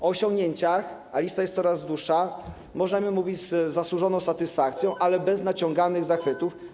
O osiągnięciach, a lista jest coraz dłuższa, możemy mówić z zasłużoną satysfakcją, bez naciąganych zachwytów.